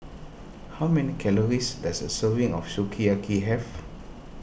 how many calories does a serving of Sukiyaki have